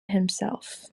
himself